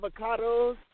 avocados